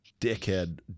dickhead